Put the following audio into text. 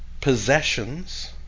possessions